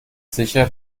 sicher